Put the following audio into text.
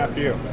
ah you